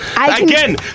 Again